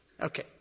Okay